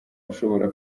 ushobora